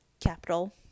capital